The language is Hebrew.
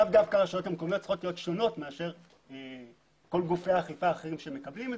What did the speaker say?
הרשויות המקומיות לא צריכות להיות שונות מכל גופי האכיפה האחרים.